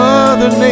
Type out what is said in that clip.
Mother